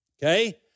Okay